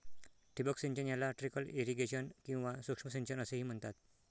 ठिबक सिंचन याला ट्रिकल इरिगेशन किंवा सूक्ष्म सिंचन असेही म्हणतात